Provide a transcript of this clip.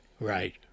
Right